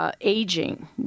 aging